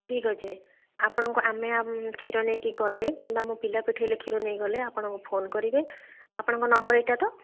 ଠିକ୍ ଅଛି ଆପଣଙ୍କୁ ଆମେ କ୍ଷୀର ନେଇକି ଗଲେ କିମ୍ବା ମୁଁ ପିଲା ପଠାଇଲେ ସେ କ୍ଷୀର ନେଇ କି ଗଲେ ଆପଣଙ୍କୁ ଫୋନ୍ କରିବେ ଆପଣଙ୍କ ନମ୍ବର୍ ଏଇଟା ତ